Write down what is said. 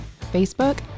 Facebook